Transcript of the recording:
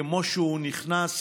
כמו שהוא נכנס,